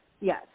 Yes